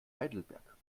heidelberg